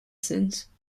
since